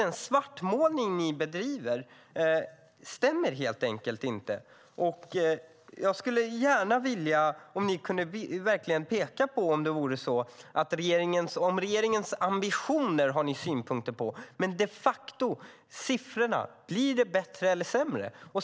Den svartmålning ni bedriver stämmer alltså helt enkelt inte. Regeringens ambitioner har ni synpunkter på, men siffrorna visar de facto om det blir bättre eller sämre.